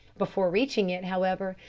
before reaching it however,